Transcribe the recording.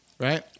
Right